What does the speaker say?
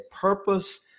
purpose